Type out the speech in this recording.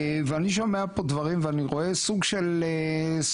ואני שומע פה דברים ואני רואה סוג של הזנחה,